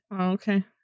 Okay